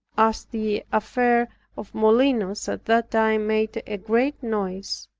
as the affair of molinos at that time made a great noise,